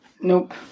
Nope